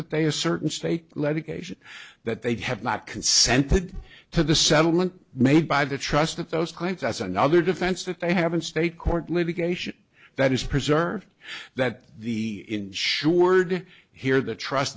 they a certain stake let occasion that they'd have not consented to the settlement made by the trust of those clients as another defense that they have in state court litigation that is preserved that the insured here the trust